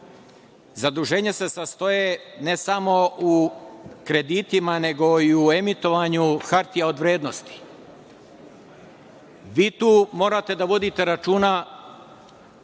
Zaduženja se sastoje ne samo u kreditima nego i u emitovanju hartija od vrednosti. Morate tu da vodite računa